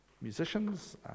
Musicians